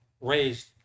raised